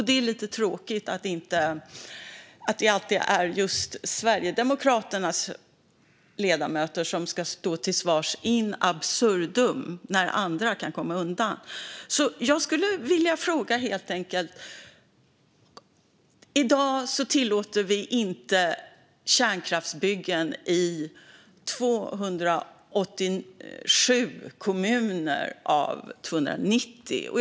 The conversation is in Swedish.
Det är lite tråkigt att det alltid är just Sverigedemokraternas ledamöter som ska stå till svars in absurdum när andra kan komma undan. I dag tillåts inte kärnkraftsbyggen i 287 av 290 kommuner.